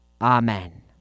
Amen